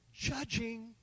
Judging